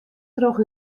troch